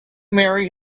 marry